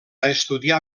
estudiar